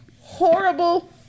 horrible